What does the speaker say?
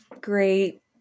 great